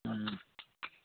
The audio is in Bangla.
হুম